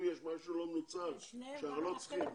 אם יש משהו לא מנוצל שאנחנו לא צריכים --- על שניהם,